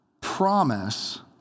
promise